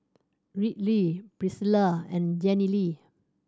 Riley Priscila and Jenilee